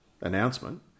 Announcement